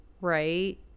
right